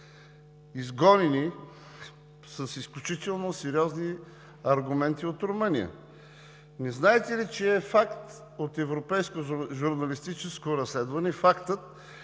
изгонени с изключително сериозни аргументи от Румъния. Не знаете ли факта от европейско журналистическо разследване, че